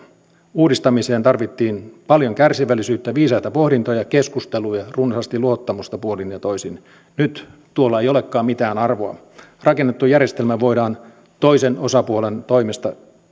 uudistamiseen tarvittiin paljon kärsivällisyyttä viisaita pohdintoja ja keskusteluja runsaasti luottamusta puolin ja toisin nyt tuolla ei olekaan mitään arvoa rakennettu järjestelmä voidaan toisen osapuolen toimesta